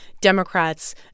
Democrats